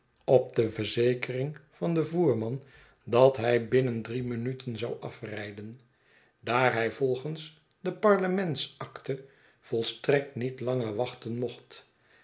op de verzekering van den voerman dat hij binnen drie minuten zou afrijden daar hij volgens de parlements-acte volstrekt niet langer wachten mocht